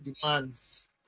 demands